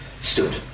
stood